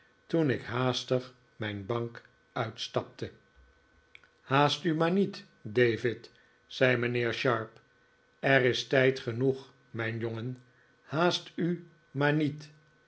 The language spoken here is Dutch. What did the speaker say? toen ik haastig mijn bank uitstapte haast u maar niet david zei mijnheer sharp er is tijd genoeg mijn jongen haast u maar niet